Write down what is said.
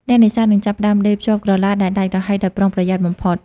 អ្នកនេសាទនឹងចាប់ផ្ដើមដេរភ្ជាប់ក្រឡាដែលដាច់រហែកដោយប្រុងប្រយ័ត្នបំផុត។